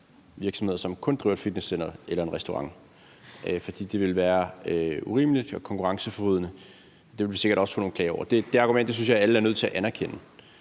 virksomheder, som kun driver et fitnesscenter eller en restaurant. For det ville være urimeligt og konkurrenceforvridende. Det ville vi sikkert også få nogle klager over. Det argument synes jeg at alle er nødt til at anerkende.